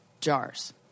jars